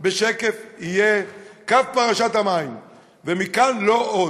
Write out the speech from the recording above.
בשקף יהיה קו פרשת המים ומכאן לא עוד.